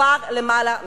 כבר למעלה משנתיים.